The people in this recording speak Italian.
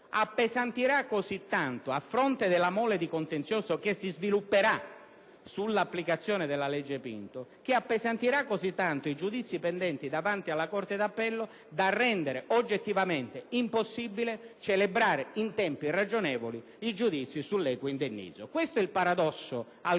che di fatto, a fronte della mole di contenzioso che si svilupperà sull'applicazione della legge Pinto, appesantirà così tanto i giudizi pendenti davanti alla Corte d'appello da rendere oggettivamente impossibile celebrare in tempi ragionevoli i giudizi sull'equo indennizzo. Questo è il paradosso al